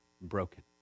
broken